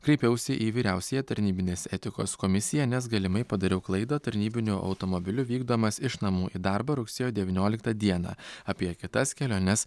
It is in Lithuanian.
kreipiausi į vyriausiąją tarnybinės etikos komisiją nes galimai padariau klaidą tarnybiniu automobiliu vykdamas iš namų į darbą rugsėjo devynioliktą dieną apie kitas keliones